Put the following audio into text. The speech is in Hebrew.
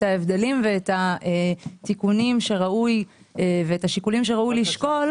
ההבדלים ואת התיקונים שראוי ואת השיקולים שראוי לשקול,